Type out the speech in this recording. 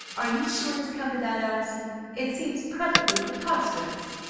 are you sure it has come to that, allison? it seems perfectly preposterous!